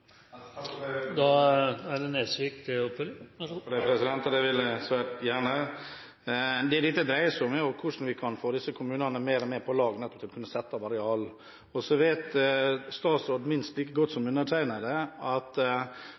Nesvik – til oppfølgingsspørsmål. Det dette dreier seg om, er hvordan vi kan få disse kommunene mer på lag for å kunne sette av areal. Statsråden vet minst like godt som undertegnede at på mange måter er det som har med hvilke typer inntekter de